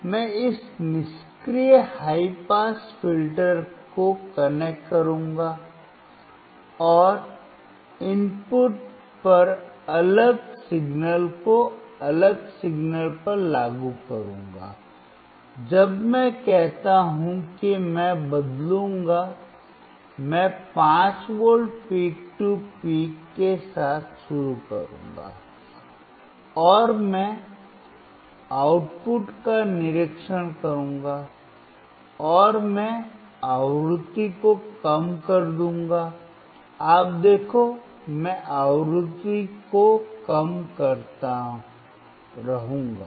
मैं इस निष्क्रिय हाई पास फिल्टर को कनेक्ट करूंगा और इनपुट पर अलग सिग्नल को अलग सिग्नल पर लागू करूंगा जब मैं कहता हूं कि मैं बदलूंगा मैं 5V पीक टू पीक के साथ शुरू करूंगा और मैं आउटपुट का निरीक्षण करूंगा और मैं आवृत्ति को कम कर दूंगा आप देखो मैं आवृत्ति को कम करता रहूंगा